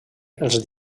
els